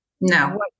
no